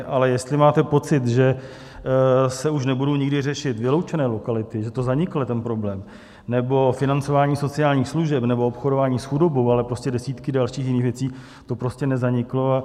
Ale jestli máte pocit, že už se nebudou nikdy řešit vyloučené lokality, že zanikne ten problém nebo financování sociálních služeb nebo obchodování s chudobou, prostě desítky dalších věcí, to prostě nezaniklo.